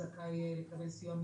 לכולם,